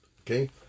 okay